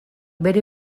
bere